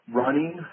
running